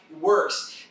works